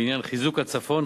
בעניין חיזוק הצפון,